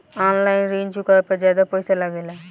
आन line ऋण चुकावे पर ज्यादा पईसा लगेला?